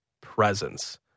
presence